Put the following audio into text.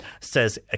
says